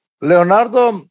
Leonardo